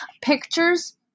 pictures